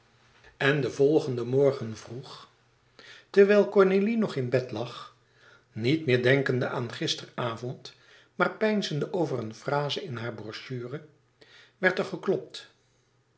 en den volgenden morgen vroeg terwijl cornélie nog in bed lag niet meer denkende aan gisteren avond maar peinzende over een fraze in haar brochure werd er geklopt